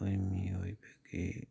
ꯑꯩꯈꯣꯏ ꯃꯤꯑꯣꯏꯕꯒꯤ